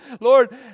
Lord